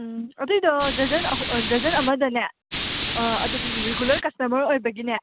ꯎꯝ ꯑꯗꯨꯒꯤꯗꯣ dozen dozen ꯑꯃꯗꯅꯦ ꯑꯗꯨꯝ ꯔꯤꯒꯨꯂꯔ ꯀꯁꯇꯃꯔ ꯑꯣꯏꯕꯒꯤꯅꯦ